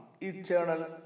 eternal